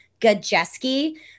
Gajeski